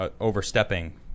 overstepping